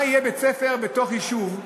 מה יהיה בבית-ספר בתוך יישוב,